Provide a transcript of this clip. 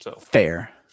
Fair